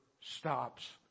stops